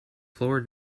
floor